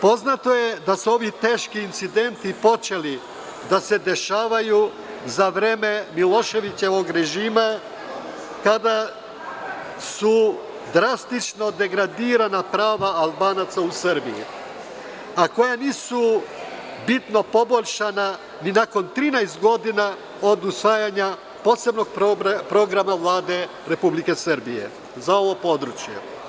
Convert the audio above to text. Poznato je da su ovi teški incidenti počeli da se dešavaju za vreme Miloševićevog režima, kada su drastično degradirana prava Albanaca u Srbiji, a koja nisu bitno poboljšana ni nakon 13 godina od usvajanja posebnog programa Vlade Republike Srbije za ovo područje.